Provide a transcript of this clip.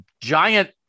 giant